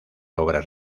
obras